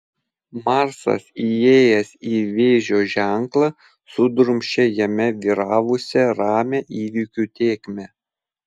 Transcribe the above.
marsas įėjęs į vėžio ženklą sudrumsčia jame vyravusią ramią įvykių tėkmę